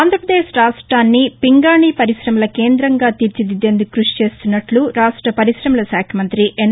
ఆంధ్రపదేశ్ రాష్టాన్ని పింగాణి పరిశమల కేంద్రంగా తీర్చిదిద్దేందుకు కృషి చేస్తున్నట్లు రాష్ట పరిశమల శాఖ మంతి ఎన్